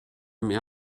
mehr